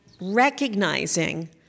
recognizing